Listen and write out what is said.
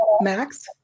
Max